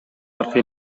аркы